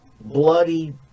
bloody